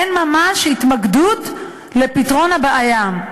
אין ממש התמקדות בפתרון הבעיה.